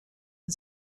and